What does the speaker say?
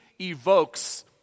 evokes